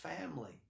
family